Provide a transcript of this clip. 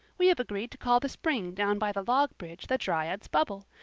we have agreed to call the spring down by the log bridge the dryad's bubble.